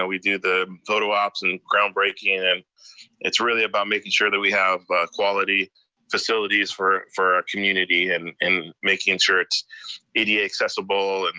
yeah we do the photo ops, and ground breaking, and it's really about making sure that we have quality facilities for our community, and and making sure it's ed yeah accessible. and